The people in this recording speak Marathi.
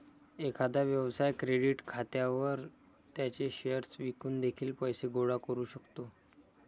एखादा व्यवसाय क्रेडिट खात्यावर त्याचे शेअर्स विकून देखील पैसे गोळा करू शकतो